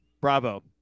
Bravo